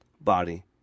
body